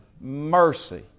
Mercy